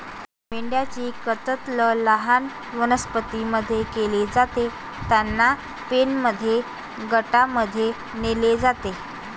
मेंढ्यांची कत्तल लहान वनस्पतीं मध्ये केली जाते, त्यांना पेनमध्ये गटांमध्ये नेले जाते